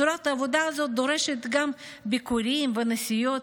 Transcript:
צורת העבודה הזאת דורשת גם ביקורים ונסיעות,